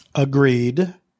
Agreed